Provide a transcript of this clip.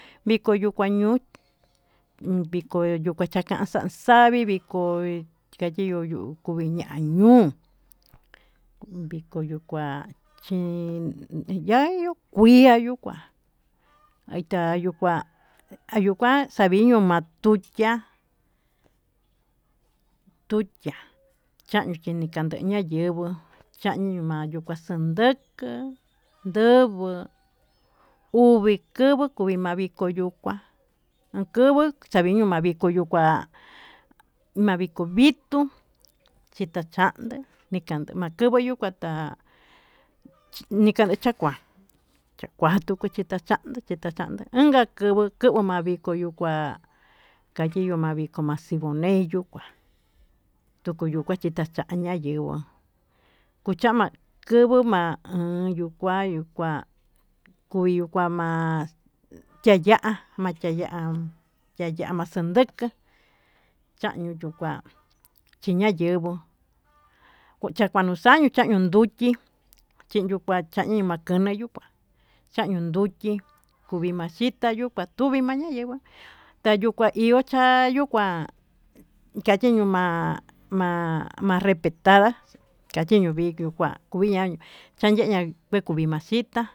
Viko ñuu kua ñuu viko xa'a xanchaví, koi kayuu ñuí ña'a ñuu ndukua umm yayuu kuí ayuu kuá aita yuu kua xaviño nduchiá nduchiá chande kinde ñayenguó, ya'a ñiu ma'a nde kuan xandokó ndonguó uvii kuvuu mandukió uyukua onchuvo kandiño mandiko yuu kuá mandiko vitó chikachannde makuyuu yuu ma'a kuá, nika nii cha'a kuá chakuachu tuchika chando chikachandó inka kinguo kingup mayiko yuu kuá ayiyo maxiko machiko neyuu kuá tukuchu machima'a tachí yenguó kuchama' kuvuu ma'a uun yuu kua yuu kuá, yuu kuá ma'a chaya'á chaya chaya maxanduku chano yuu kuá chinayenguó kucha kuanu xanió chanuun nduchí chinokua kanii machaña yuu kuá chanio nduchi kuni maxita yuu kua tañii maña yenguá iho ha'a yuu kuá kachiño ma'a ma'a respetanda kachino vikii kua kuña'a yayengua nakuyema'a xhitá.